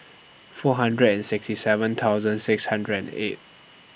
four hundred and sixty seven six hundred and eight